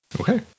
Okay